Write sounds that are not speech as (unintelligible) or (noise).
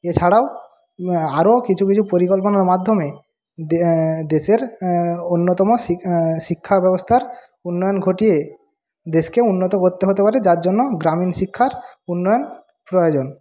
এছাড়াও আরো কিছু কিছু পরিকল্পনার মাধ্যমে দেশের অন্যতম (unintelligible) শিক্ষা ব্যবস্থার উন্নয়ন ঘটিয়ে দেশকে উন্নত করতে হতে পারে যার জন্য গ্রামীণ শিক্ষার উন্নয়ন প্রয়োজন